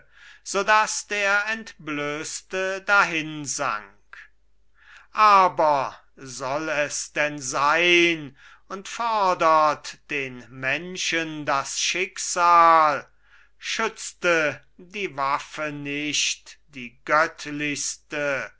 daß der entblößte dahin sank aber soll es denn sein und fordert den menschen das schicksal schützte die waffe nicht die